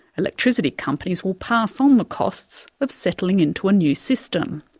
electricity companies will pass on the costs of settling into a new system.